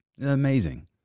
Amazing